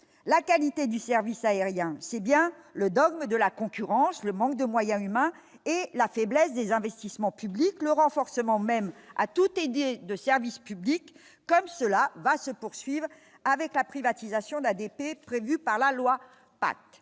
la qualité du service aérien, c'est bien le dogme de la concurrence, le manque de moyens humains et la faiblesse des investissements publics le renforcement même à tout, de service public comme cela va se poursuivent avec la privatisation d'ADP prévue par la loi,